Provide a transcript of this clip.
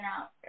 out